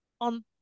on